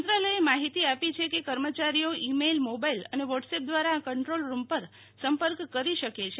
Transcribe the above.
મંત્રાલય માહિતી આપી છે કે કર્મચારીઓ ઈમેઈલ મોબાઈલ અને વોટસએપ દ્વારા આ કંટ્રોલ રૂમ પર સંપર્ક કરી શકે છે